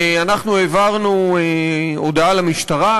אנחנו העברנו הודעה למשטרה,